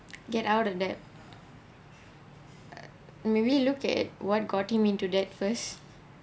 get out of that maybe look at what got him into that first